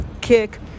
kick